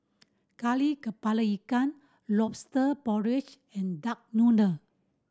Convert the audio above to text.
Kari Kepala Ikan Lobster Porridge and duck noodle